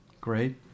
Great